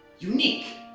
unique,